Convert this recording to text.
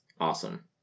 awesome